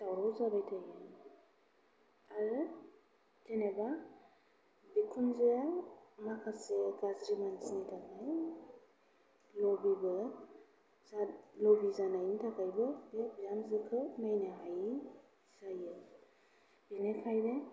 दावराव जाबाय थायो आरो जेनेबा बिखुनजो माखासे गाज्रि मानसिनि थाखाय लोगोबो लोगो जानायनि थाखायबो बिहामजोखौ नायनो हायि जायो बेनिखायनो